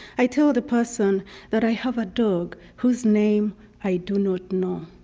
i tell the person that i have a dog whose name i do not know,